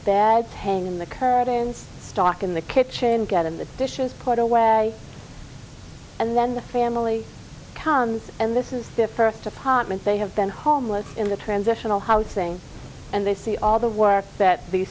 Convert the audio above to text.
bag hang in the curtains stock in the kitchen get in the dishes put away and then the family comes and this is to first apartment they have been homeless in the transitional housing and they see all the work th